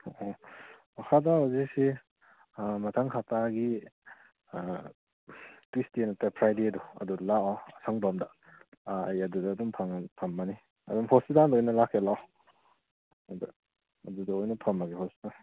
ꯑꯣ ꯑꯣ ꯃꯈꯥ ꯇꯥꯕ ꯍꯧꯖꯤꯛꯁꯤ ꯃꯊꯪ ꯍꯥꯞꯇꯥꯒꯤ ꯇ꯭ꯋꯨꯁꯗꯦ ꯅꯠꯇ꯭ꯔꯒ ꯐ꯭ꯔꯥꯏꯗꯦꯗꯣ ꯑꯗꯨꯗ ꯂꯥꯛꯑꯣ ꯑꯁꯪꯕ ꯑꯃꯗ ꯑꯩ ꯑꯗꯨꯗ ꯑꯗꯨꯝ ꯐꯝꯃꯅꯤ ꯑꯗꯨꯝ ꯍꯣꯁꯄꯤꯇꯥꯜꯗ ꯑꯣꯏꯅ ꯂꯥꯛꯦ ꯂꯥꯛꯑꯣ ꯑꯗꯨꯗ ꯑꯣꯏꯅ ꯐꯝꯃꯒꯦ